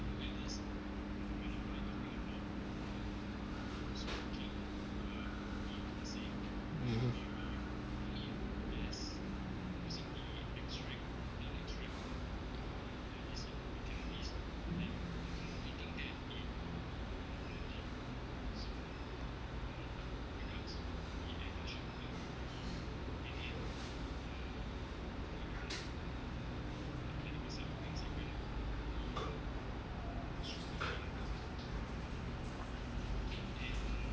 mmhmm